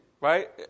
right